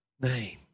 name